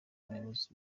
umuyobozi